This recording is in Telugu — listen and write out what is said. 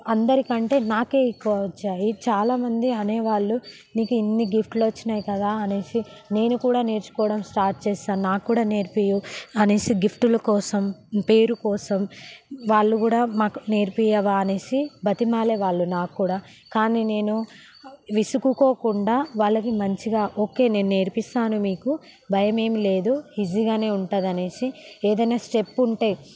అందరికంటే నాకే ఎక్కువ వచ్చాయి చాలామంది అనేవాళ్ళు నీకు ఇన్ని గిఫ్ట్లు వచ్చినాయి కదా అనేసి నేను కూడా నేర్చుకోవడం స్టార్ట్ చేస్తాను నాకు కూడా నేర్పి అనేసి గిఫ్టుల కోసం పేరు కోసం వాళ్ళు కూడా మాకు నేర్పియ్యవా అనేసి బతిమాలే వాళ్ళు నాకు కూడా కానీ నేను విసుకోకుండా వాళ్ళకి మంచిగా ఓకే నేను నేర్పిస్తాను మీకు భయమేం లేదు ఈజీగానే ఉంటుంది అనేసి ఏదైనా స్టెప్ ఉంటే